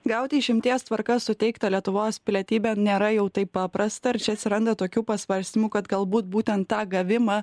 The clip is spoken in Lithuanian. gauti išimties tvarka suteiktą lietuvos pilietybę nėra jau taip paprasta ir čia atsiranda tokių pasvarstymų kad galbūt būtent tą gavimą